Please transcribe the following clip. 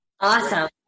Awesome